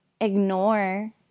ignore